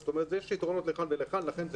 אז יש יתרונות לכאן ולכאן.